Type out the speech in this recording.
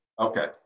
Okay